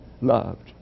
loved